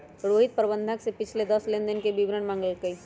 रोहित प्रबंधक से पिछले दस लेनदेन के विवरण मांगल कई